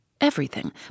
everything